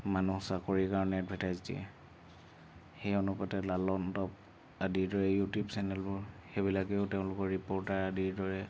মানুহ চাকৰিৰ কাৰণে এডভাৰটাইজ দিয়ে সেই অনুপাতে লালনটপ আদিৰ দৰে ইউটিউব চেনেলবোৰ সেইবিলাকেও তেওঁলোকৰ ৰিপোৰ্টাৰ আদিৰ দৰে